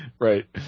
Right